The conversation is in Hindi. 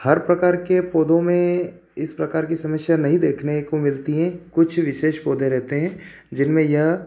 हर प्रकार के पौधो में इस प्रकार कि समस्या नहीं देखने को मिलती हैं कुछ विशेष पौधे रहते हैं जिनमें यह